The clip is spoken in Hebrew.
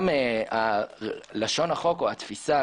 גם התפיסה,